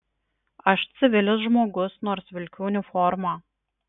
aš civilis žmogus nors vilkiu uniformą